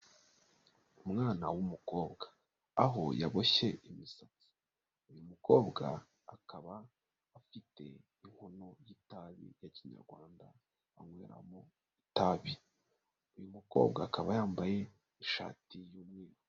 Umwana w'umukobwa aho yaboshye imisatsi, uyu mukobwa akaba afite inkono y'itabi ya kinyarwanda anyweramo itabi, uyu mukobwa akaba yambaye ishati y'umweru.